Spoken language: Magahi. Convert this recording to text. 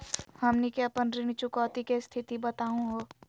हमनी के अपन ऋण चुकौती के स्थिति बताहु हो?